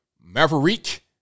maverick